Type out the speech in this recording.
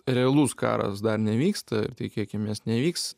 realus karas dar nevyksta ir tikėkimės nevyks